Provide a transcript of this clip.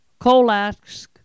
Kolask